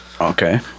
Okay